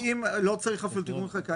ראשית, לא צריך אפילו תיאום מחלקה.